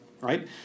right